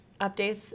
updates